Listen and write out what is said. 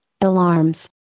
Alarms